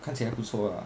看起来不错 lah